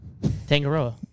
Tangaroa